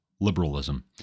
liberalism